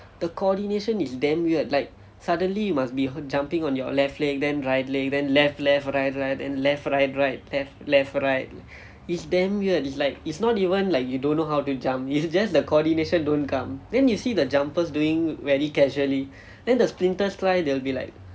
the coordination is damn weird like suddenly must be jumping on your left leg then right leg then left left right right then left right right left left right is damn weird like it's not even like you don't know how to jump it's just the coordination don't come then you see the jumpers doing very casually then the sprinters try they will be like